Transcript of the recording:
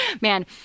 Man